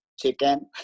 chicken